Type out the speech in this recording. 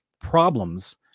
problems